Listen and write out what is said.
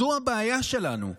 זו הבעיה שלנו,